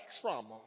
trauma